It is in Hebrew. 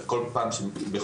החינוך.